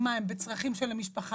מים או בצרכים אחרים של המשפחה.